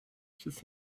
just